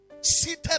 Seated